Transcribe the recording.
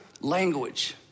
language